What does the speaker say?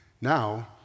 Now